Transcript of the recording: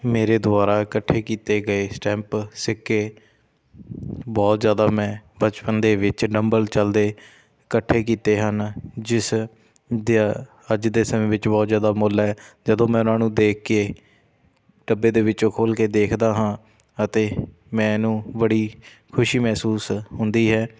ਮੇਰੇ ਦੁਆਰਾ ਇਕੱਠੇ ਕੀਤੇ ਗਏ ਸਟੈਂਪ ਸਿੱਕੇ ਬਹੁਤ ਜ਼ਿਆਦਾ ਮੈਂ ਬਚਪਨ ਦੇ ਵਿੱਚ ਨੰਬਲ ਚੱਲਦੇ ਇਕੱਠੇ ਕੀਤੇ ਹਨ ਜਿਸ ਦਾ ਅੱਜ ਦੇ ਸਮੇਂ ਵਿੱਚ ਬਹੁਤ ਜ਼ਿਆਦਾ ਮੁੱਲ ਹੈ ਜਦੋਂ ਮੈਂ ਉਹਨਾਂ ਨੂੰ ਦੇਖ ਕੇ ਡੱਬੇ ਦੇ ਵਿੱਚੋਂ ਖੋਲ੍ਹ ਕੇ ਦੇਖਦਾ ਹਾਂ ਅਤੇ ਮੈਨੂੰ ਬੜੀ ਖੁਸ਼ੀ ਮਹਿਸੂਸ ਹੁੰਦੀ ਹੈ